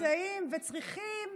שנמצאים וצריכים